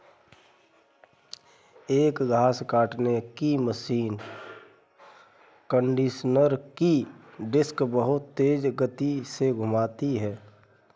एक घास काटने की मशीन कंडीशनर की डिस्क बहुत तेज गति से घूमती है